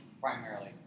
primarily